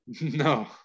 No